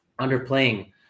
underplaying